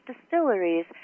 distilleries